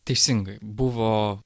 teisingai buvo